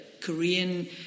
Korean